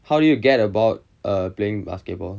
how did you get about err playing basketball